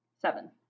Seven